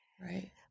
right